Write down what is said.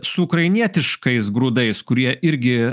su ukrainietiškais grūdais kurie irgi